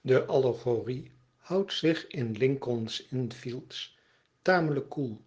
de allegorie houdt zich in lincoln s inn field s tamelijk koel